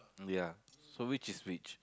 yeah so which is which